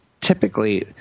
typically